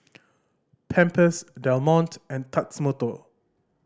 Pampers Del Monte and Tatsumoto